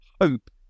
hope